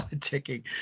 ticking